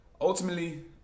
Ultimately